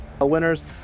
winners